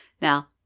Now